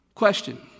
question